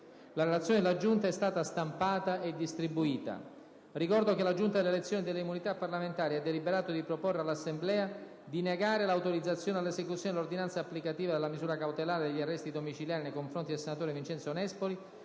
parlamentari è stata già stampata e distribuita. Ricordo che la Giunta delle elezioni e delle immunità parlamentari ha deliberato di proporre all'Assemblea il diniego dell'autorizzazione all'esecuzione dell'ordinanza applicativa della misura cautelare degli arresti domiciliari nei confronti del senatore Vincenzo Nespoli,